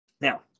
Now